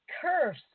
curse